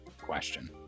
question